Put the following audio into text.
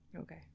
Okay